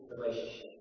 relationship